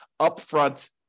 upfront